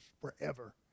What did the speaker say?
forever